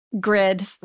grid